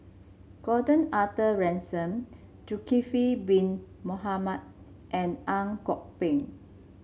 Gordon Arthur Ransome Zulkifli Bin Mohamed and Ang Kok Peng